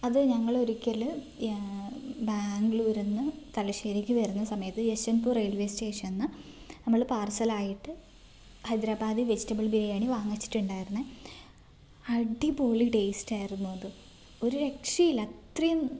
അത് ഞങ്ങളൊരിക്കൽ ബാംഗ്ലൂര്ന്ന് തലശ്ശേരിക്ക് വരുന്ന സമയത്ത് യെശ്വന്ത്പൂർ റെയിൽവേ സ്റ്റേഷൻന്ന് നമ്മൾ പാർസലായിട്ട് ഹൈദരാബാദി വെജിറ്റബിൾ ബിരിയാണി വാങ്ങിച്ചിട്ടുണ്ടായിരുന്നു അടിപൊളി ടേസ്റ്റായിരുന്നു അത് ഒരു രക്ഷയില്ല അത്രയും